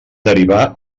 derivar